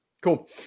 Cool